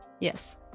Yes